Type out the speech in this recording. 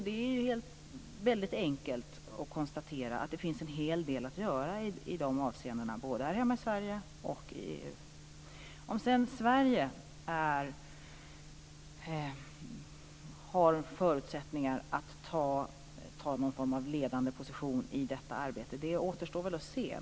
Det är enkelt att konstatera att det finns en hel del att göra i de avseendena, både här hemma i Sverige och i EU. Om sedan Sverige har förutsättningar att ta någon form av ledande position i detta arbete återstår väl att se.